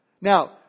Now